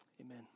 amen